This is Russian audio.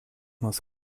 нас